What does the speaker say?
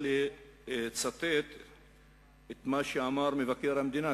בחרתי לעצמי לצטט את מה שאמר מבקר המדינה,